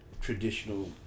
traditional